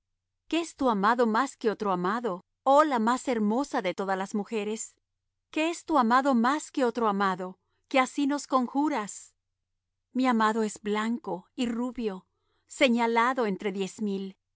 qué es tu amado más que otro amado oh la más hermosa de todas las mujeres qué es tu amado más que otro amado que así nos conjuras mi amado es blanco y rubio señalado entre diez mil